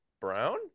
brown